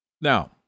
Now